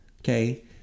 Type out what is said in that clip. okay